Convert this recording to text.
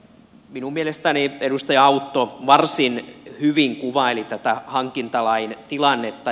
minun mielestäni edustaja autto varsin hyvin kuvaili tätä hankintalain tilannetta